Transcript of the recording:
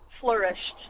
flourished